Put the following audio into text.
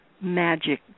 Magic